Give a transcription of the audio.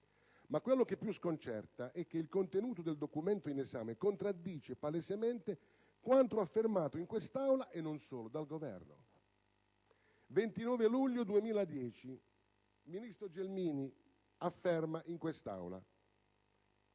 Ma quello che più sconcerta è che il contenuto del documento in esame contraddice palesemente quanto affermato in quest'Aula - e non solo - dal Governo. Il 29 luglio 2010 il ministro Gelmini affermava